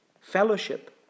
fellowship